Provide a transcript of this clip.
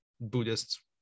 buddhist